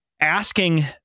asking